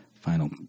final